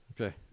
Okay